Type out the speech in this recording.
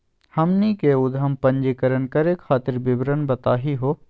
हमनी के उद्यम पंजीकरण करे खातीर विवरण बताही हो?